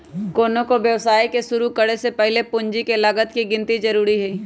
कोनो व्यवसाय के शुरु करे से पहीले पूंजी के लागत के गिन्ती जरूरी हइ